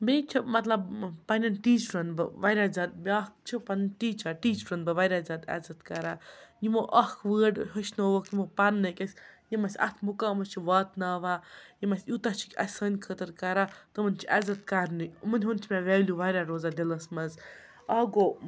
بیٚیہِ چھِ مطلب پنٛنٮ۪ن ٹیٖچرَن بہٕ واریاہ زیادٕ بیٛاکھ چھِ پَنُن ٹیٖچَر ٹیٖچَرُن بہٕ واریاہ زیادٕ عزت کَران یِمو اَکھ وٲڈ ہیٚچھنووُکھ یِمو پرنٕکِس یِم اَسہِ اَتھ مُقامَس چھِ واتناوان یِم اَسہِ یوٗتاہ چھِ اَسہِ سانہِ خٲطرٕ کَران تِمَن چھِ عزت کَرنہٕ یِمَن ہُنٛد چھِ مےٚ ویلیوٗ واریاہ روزان دِلَس منٛز اَکھ گوٚو